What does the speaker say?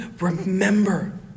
remember